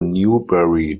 newberry